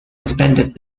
suspended